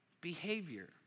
behavior